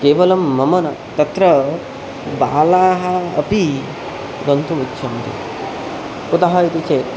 केवलं मम न तत्र बालाः अपि गन्तुम् इच्छन्ति कुतः इति चेत्